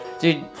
Dude